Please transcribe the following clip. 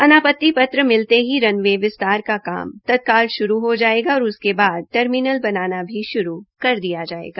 अनापत्ति पत्र मिलते ही रन वे विस्तार का काम तत्काल शुरू हो जायेगा और उसके बाद टर्मिनल बनाना भी श्रू कर दिया जायेगा